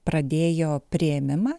pradėjo priėmimą